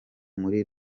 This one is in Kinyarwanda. muri